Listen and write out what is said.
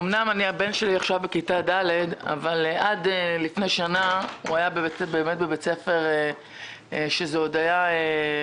אמנם הבן שלי בכיתה ד' אבל עד לפני שנה הוא השתתף בבית ספר של החגים.